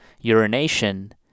urination